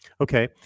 Okay